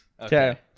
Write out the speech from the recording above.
Okay